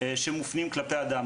שמופנים כלפי אדם.